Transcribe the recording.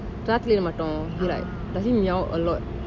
ராத்திரி மாட்டும்:rathira maatum he like does he meow a lot